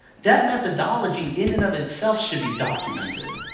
that methodology in and of itself should be documented.